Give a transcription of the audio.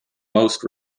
most